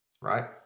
Right